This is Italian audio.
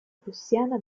prussiana